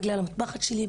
בגלל המטפחת שלי,